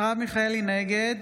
מיכאלי, נגד